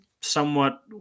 somewhat